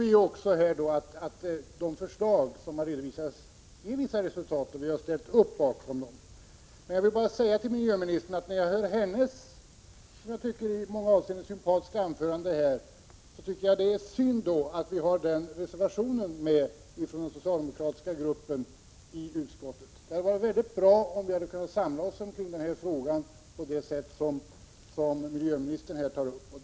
Vi tror att de förslag som har redovisats och som vi har ställt oss bakom kommer att ge vissa resultat. När jag hör miljöministerns i många avseenden sympatiska anförande tycker jag att det är synd att den socialdemokratiska gruppen har en reservation. Det hade varit mycket bra, om vi hade kunnat åstadkomma samling i denna fråga på det sätt som miljöministern talade om.